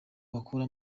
bakura